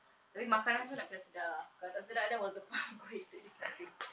tapi makanan semua nak kena sedap kalau tak sedap then that was the problem fit in the cafe